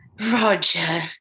Roger